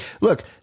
Look